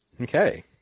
Okay